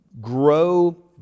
grow